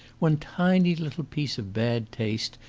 one tiny little piece of bad taste,